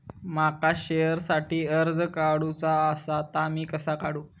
माका शेअरसाठी कर्ज काढूचा असा ता मी कसा काढू?